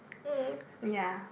mm ya